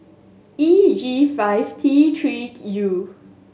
E G five T Three U